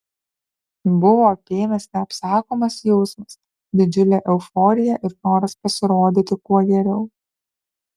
buvo apėmęs neapsakomas jausmas didžiulė euforija ir noras pasirodyti kuo geriau